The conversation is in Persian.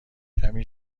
کمی